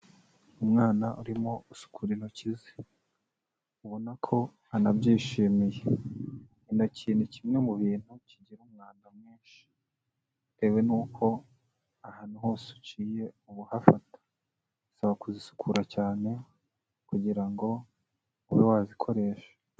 Umwana urimo usukura intoki ze, ubona ko anabyishimiye. Intoki ni kimwe mu bintu kigira umwanda mwinshi, bitewe n'uko ahantu hose uciye uba uhafata, bisaba kuzisukura cyane kugira ngo ube wazikoresha.